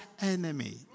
enemy